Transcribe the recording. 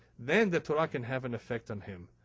then, the torah can have an effect on him.